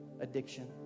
addiction